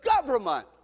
government